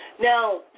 now